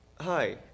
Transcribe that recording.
Hi